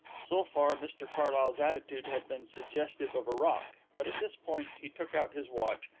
so far mr carlyle's attitude had been suggestive of a rock, but at this point he took out his watch,